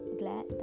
glad